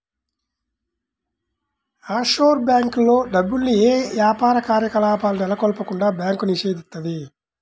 offshore బ్యేంకుల్లో డబ్బుల్ని యే యాపార కార్యకలాపాలను నెలకొల్పకుండా బ్యాంకు నిషేధిత్తది